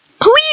Please